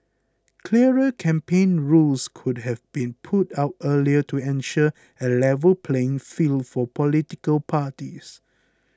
clearer campaign rules could have been put out earlier to ensure a level playing field for political parties